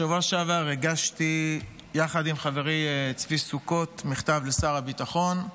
בשבוע שעבר הגשתי יחד עם חברי צבי סוכות מכתב לשר הביטחון,